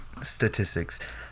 statistics